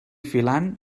filant